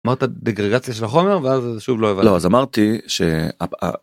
אמרת דגרגציה של החומר ואז שוב לא אז אמרתי שהפעם.